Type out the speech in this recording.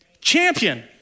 Champion